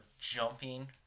jumping